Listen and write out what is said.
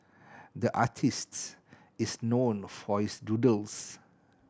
the artist is known for his doodles